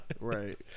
Right